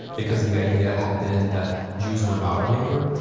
because the idea had been that jews were not our neighbor,